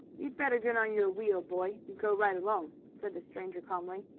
you'd better get on your wheel, boy, and go right along, said the stranger calmly.